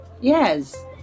Yes